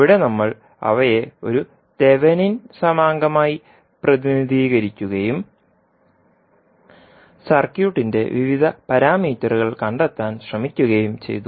അവിടെ നമ്മൾ അവയെ ഒരു തെവെനിൻ സമാങ്കമായി പ്രതിനിധീകരിക്കുകയും സർക്യൂട്ടിന്റെ വിവിധ പാരാമീറ്ററുകൾ കണ്ടെത്താൻ ശ്രമിക്കുകയും ചെയ്തു